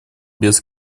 без